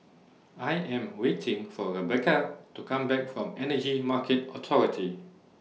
I Am waiting For Rebeca to Come Back from Energy Market Authority